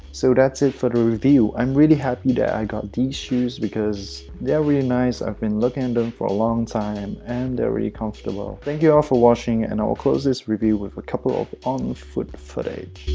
so that's it for the review! i'm really happy that i got these shoes because they are really nice i've been looking at them for a long time and they're really comfortable thank you all for watching and i'll close this review with a couple of on foot footage